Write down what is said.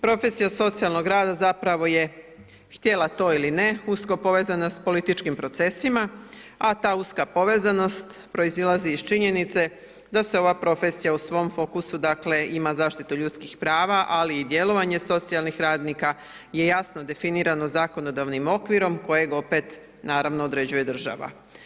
Profesija socijalnog rada zapravo je, htjela to ili ne, usko povezana s političkim procesima, a ta uska povezanost proizlazi iz činjenice da se ova profesija u svom fokusu ima zaštitu ljudskih prava, ali i djelovanje socijalnih radnika je jasno definirano zakonodavnim okvirom, kojeg opet naravno određuje država.